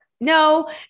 no